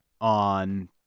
on